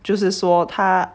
就是说他